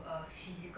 mm